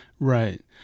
Right